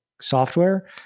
software